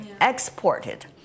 exported